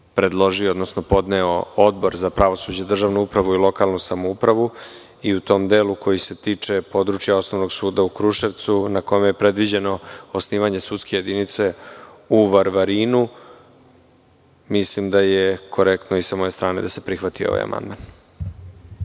koji je podneo Odbor za pravosuđe, državnu upravu i lokalnu samoupravu i u tom delu koji se tiče područja Osnovnog suda u Kruševcu, na kome je predviđeno osnivanje sudske jedinice u Varvarinu, mislim da je korektno i sa moje strane da se prihvati ovaj amandman.